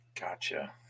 Gotcha